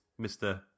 Mr